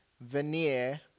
veneer